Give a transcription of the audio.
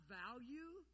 value